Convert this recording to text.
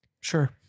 Sure